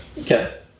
Okay